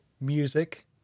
music